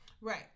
right